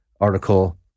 article